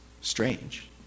strange